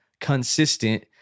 consistent